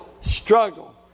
struggle